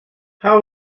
how